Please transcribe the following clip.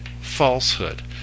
falsehood